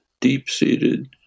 deep-seated